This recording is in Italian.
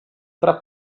tra